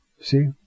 See